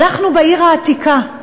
הלכנו בעיר העתיקה.